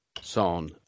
Son